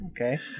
okay